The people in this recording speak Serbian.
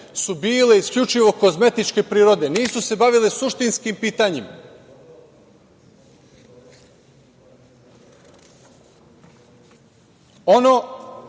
su bile isključivo kozmetičke prirode. Nisu se bavile suštinskim pitanjima. Ono